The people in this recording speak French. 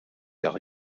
leur